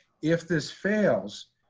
if this fails,